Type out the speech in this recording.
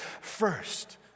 first